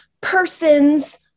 persons